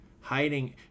hiding